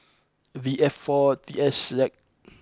V F four T S Z